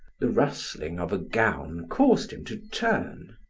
the rustling of a gown caused him to turn.